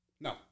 No